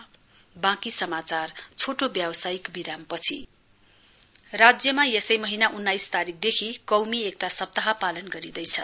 कौमी एकता विक राज्यमा यसै महीना उन्नाइस तारीकदेखि कौमी एकता सप्ताह पालन गरिँदैछ